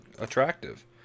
attractive